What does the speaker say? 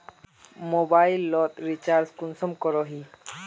Mobile लोत recharge कुंसम करोही?